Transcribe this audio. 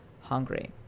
hungry